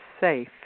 safe